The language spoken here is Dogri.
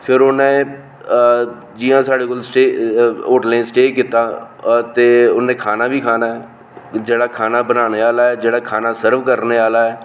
फिर उ'नें जि'यां साढ़े कोल होटले च स्टे कीता हा ते उ'नें खाना बी खाना ऐ जेह्ड़ा खाना बनाने आहले ऐ जेह्ड़ा खाना सर्ब करने आहला ऐ